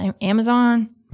Amazon